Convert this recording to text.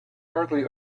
hardly